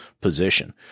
position